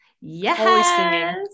yes